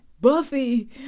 Buffy